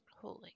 Holy